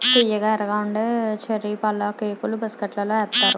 తియ్యగా ఎర్రగా ఉండే చర్రీ పళ్ళుకేకులు బిస్కట్లలో ఏత్తారు